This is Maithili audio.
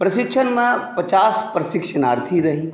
प्रशिक्षणमे पचास प्रशिक्षणार्थी रही